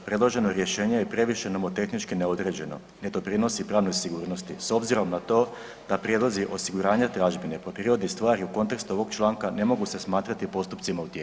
Predloženo rješenje je previše nomotehnički neodređeno i ne doprinosi pravnoj sigurnosti, s obzirom na to da prijedlozi osiguranja tražbine po prirodi stvari u kontekstu ovog članka ne mogu se smatrati postupcima u tijeku.